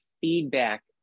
feedback